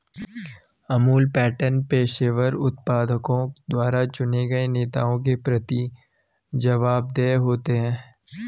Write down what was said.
Amul pattern पेशेवर उत्पादकों द्वारा चुने गए नेताओं के प्रति जवाबदेह होते हैं